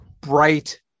bright